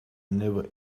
never